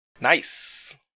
Nice